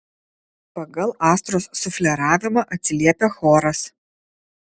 pagal astros sufleravimą atsiliepia choras